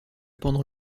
pendant